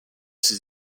ses